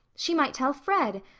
she might tell fred.